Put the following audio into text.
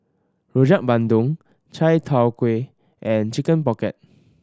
Rojak Bandung Chai Tow Kuay and Chicken Pocket